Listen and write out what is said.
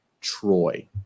Troy